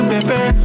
Baby